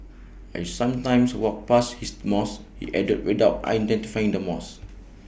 I sometimes walk past this mosque he added without identifying the mosque